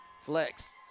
Flex